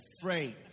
afraid